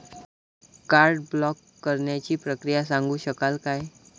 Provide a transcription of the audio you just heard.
Card block करण्याची प्रक्रिया सांगू शकाल काय?